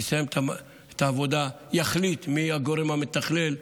הוא יסיים את העבודה, יחליט מי הגורם המתכלל,